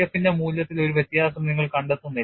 SIF മൂല്യത്തിൽ വലിയ വ്യത്യാസം നിങ്ങൾ കണ്ടെത്തുന്നില്ല